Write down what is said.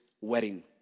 wedding